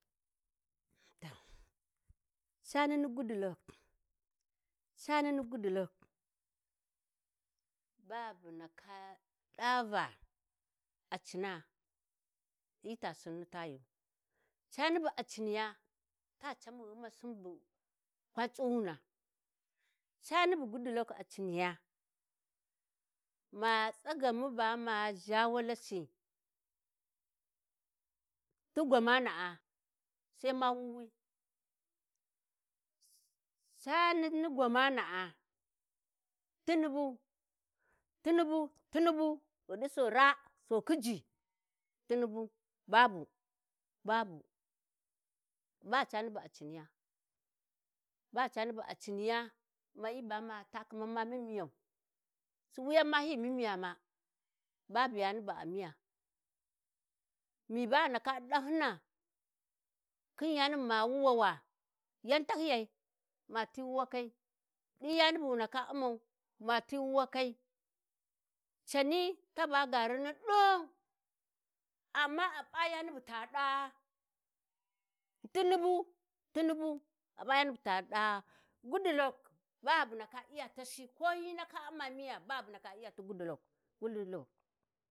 ﻿Ta, cani ni Goodluck, cani ni Goodluck, ba bu ndaka ɗa va a cina hyi ta sinni tayu Cani bu a ciniya ta camu ghumasin bu kwa cuwuna cani bu Goodluck a ciniya, ma tsigamu ba ma ʒha walasi tu gwamana'a sai ma wuwi cani ni gwamana'a Tunibu, Tunibu, Tunibu ghi ɗi sau raa sau khijji Tunibu babu, babu, ba cani bu a ciniya. Ba cani bu a ciniya mayi ba ma taa kaman ma mamiyau wuyan ma hyi mimiya ma ba bu yani bu a u'miya mi ba ghi ndaka ɗa hyina, Khin yani bu ma wuwawa? Yan tahyiyai ma ti wuwakai, ɗin, yani bu wu ndaka u'mau, ma ti wuwakai cani taba gaari ni ɗin, amma a p'a yani bu ta ɗaa Tunibu Tunibu a p'a yani bu ta ɗaa Goodluck ba bu ndaka iya tasi ko hyi ndaka, u'ma miya ba bu ndaka iya ti Goodluck Goodluck.